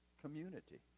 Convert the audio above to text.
community